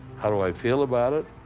how do i feel about it?